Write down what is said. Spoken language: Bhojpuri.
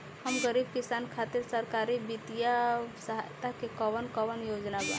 हम गरीब किसान खातिर सरकारी बितिय सहायता के कवन कवन योजना बा?